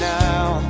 now